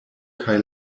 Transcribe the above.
kaj